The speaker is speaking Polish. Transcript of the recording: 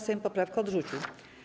Sejm poprawkę odrzucił.